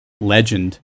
Legend